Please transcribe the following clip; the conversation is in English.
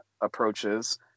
approaches